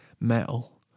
metal